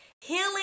Healing